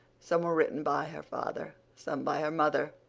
some were written by her father, some by her mother.